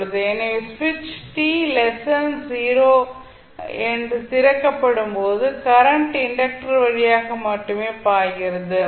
எனவே சுவிட்ச் t 0 திறக்கப்படும் போது கரண்ட் இண்டக்டர் வழியாக மட்டுமே பாய்கிறது